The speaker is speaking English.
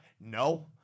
no